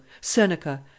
seneca